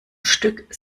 stück